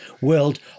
World